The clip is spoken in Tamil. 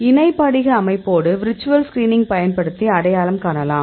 இணை படிக அமைப்போடு விர்ச்சுவல் ஸ்கிரீனிங் பயன்படுத்தி அடையாளம் காணலாம்